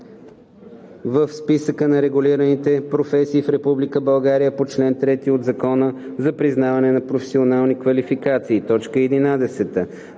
в Списъка на регулираните професии в Република България по чл. 3 от Закона за признаване на професионални квалификации; 11.